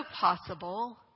possible